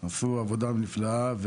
עשו עבודה נפלאה.